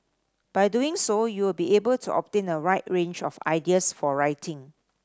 by doing so you will be able to obtain a wide range of ideas for writing